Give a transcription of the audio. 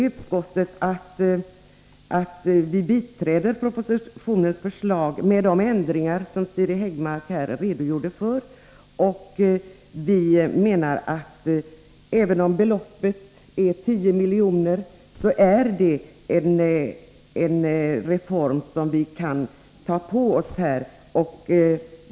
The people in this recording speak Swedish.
Utskottsmajoriteten biträder förslaget i propositionen med de ändringar som Siri Häggmark här redogjort för. Även om kostnaden är 10 miljoner är det en reform som vi kan kosta på oss.